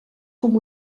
com